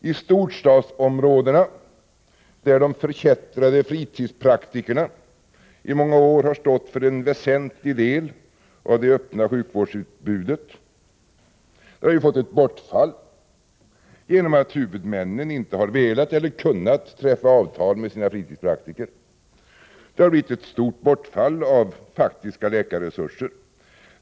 I storstadsområdena, där de förkättrade fritidspraktikerna under många år har stått för en väsentlig del av det öppna sjukvårdsutbudet, har vi fått ett bortfall på grund av att huvudmännen inte har velat eller kunnat träffa avtal med sina fritidspraktiker. Det har blivit ett stort bortfall av faktiska läkarresurser.